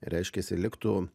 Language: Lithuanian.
reiškiasi liktų